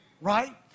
right